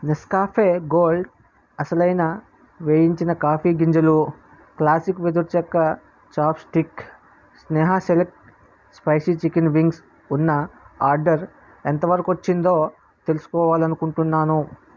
Nescafe gold అసలైన వేయించిన coffee గింజలు క్లాసిక్ వెదురుచెక్క chopstick Sneha select spicy chicken wings ఉన్న ఆర్డర్ ఎంతవరకొచ్చిందో తెలుసుకోవాలనుకుంటున్నాను